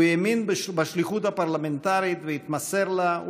הוא האמין בשליחות הפרלמנטרית והתמסר לה,